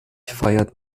feiert